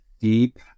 deep